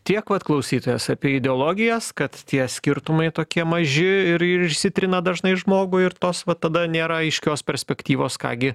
tiek vat klausytojas apie ideologijas kad tie skirtumai tokie maži ir ir išsitrina dažnai žmogui ir tos va tada nėra aiškios perspektyvos ką gi